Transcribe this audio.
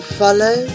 follow